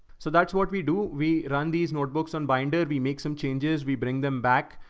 so that's what we do. we run these notebooks on binder. we make some changes, we bring them back.